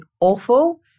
awful